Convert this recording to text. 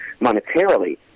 monetarily